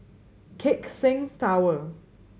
Keck Seng Tower